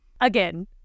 Again